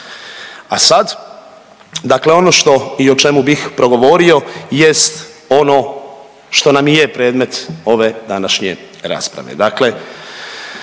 a sad, dakle ono što i o čemu bih progovorio jest ono što nam i je predmet ove današnje rasprave.